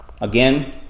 again